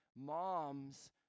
moms